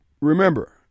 Remember